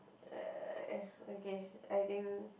uh okay I think